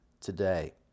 today